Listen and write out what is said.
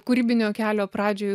kūrybinio kelio pradžioj